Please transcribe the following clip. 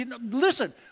Listen